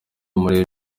umurebye